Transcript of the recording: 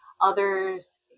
Others